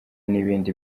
n’ibindi